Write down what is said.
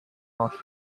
north